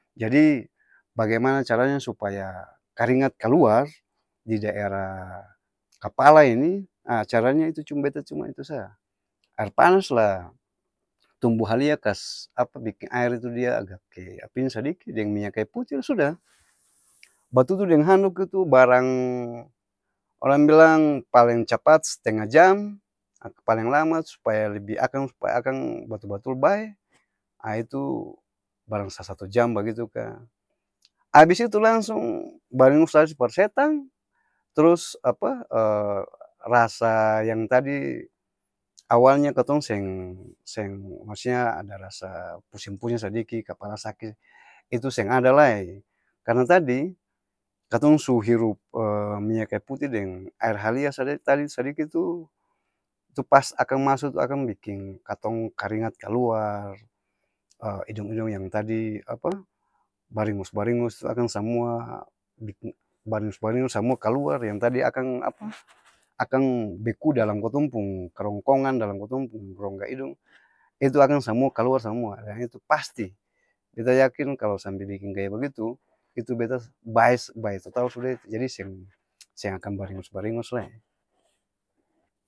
Jadi, bagemana cara nya supaya karingat kaluar? Di daerah kapala ini, aa caranya itu cuma beta cuma itu saa aer panas laa tumbu halia kas apa? Biking aer itu dia agak'e apa ini sadiki deng minya kayu puti la sudah ba tutu deng handok itu barang orang bilang paleng capat stenga jam, paleng lama supaya lebi akang supaya akang batul-batul bae, aa itu barang sa-satu jam bagitu kaa abis itu langsung, baringus lari par setang, trus apa? rasaaa yang tadi, awalnya katong seng seng-maksudnya ada rasa pusing-pusing sadiki kapala saki, itu seng ada lae karna tadi katong su hirup minya kayu puti deng, aer halia sadiki tadi sadiki tu tu-pas akang maso tu akang biking katong karingat kaluar, idong-idong yang tadi apa? Baringos-baringos tu akang samua biking baringos-baringos samua kaluar yang tadi akang apa? Akang beku dalam kotong pung kerongkongan dalam kotong pung rongga idong, itu akang samua kaluar samua, deng itu pasti! Beta yakin kalo sampe biking kaya begitu, itu beta bae! Bae total suda itu, jadi seng seng-akan baringos-baringos lae.